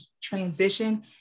transition